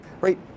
right